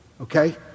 Okay